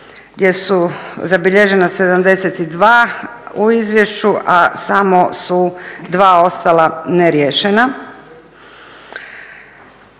gdje su zabilježena 72 u izvješću, a samo su 2 ostala neriješena.